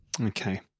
Okay